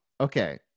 Okay